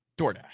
DoorDash